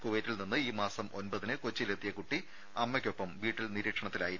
കുവൈറ്റിൽ നിന്ന് ഈ മാസം ഒൻപതിന് കൊച്ചിയിൽ എത്തിയ കുട്ടി അമ്മക്കൊപ്പം വീട്ടിൽ നിരീക്ഷണത്തിലായിരുന്നു